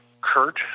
Kurt